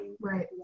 Right